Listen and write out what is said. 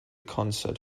concert